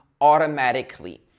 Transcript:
automatically